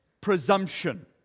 presumption